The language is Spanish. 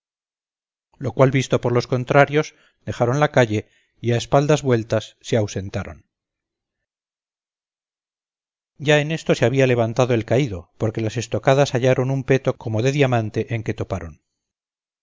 lo cual visto por los contrarios dejaron la calle y a espaldas vueltas se ausentaron ya en esto se había levantado el caído porque las estocadas hallaron un peto como de diamante en que toparon